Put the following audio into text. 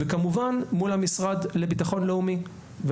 וכמובן מול המשרד לביטחון לאומי,